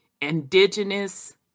indigenous